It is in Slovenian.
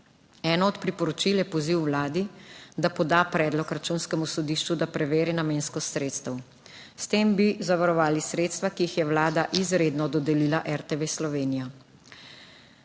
Eno od priporočil je poziv Vladi, da poda predlog Računskemu sodišču, da preveri namenskost sredstev. S tem bi zavarovali sredstva, ki jih je Vlada izredno dodelila RTV Slovenija.